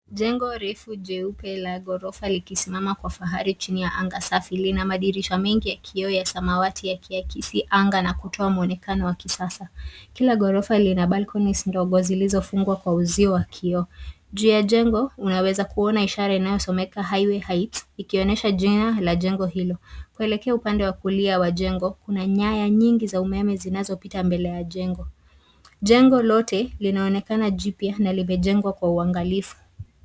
Jengo refu jeupe la ghorofa likisimama kwa fahari chini ya anga safi. Lina madirisha mengi ya kioo ya samawati yakiakisi anga na kutoa muonekano wa kisasa. Kila ghorofa lina balconies ndogo zilizofungwa kwa uzio wa kioo. Juu ya jengo unaweza kuona ishara inayosomeka highway heights ikionyesha jina la jengo hilo. Kuelekea upande wa kulia wa jengo kuna nyaya nyingi za umeme zinazopita mbele ya jengo. Jengo lote linaonekana jipya na limejengwa kwa uangalifu.